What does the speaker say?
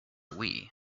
wii